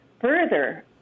further